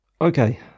Okay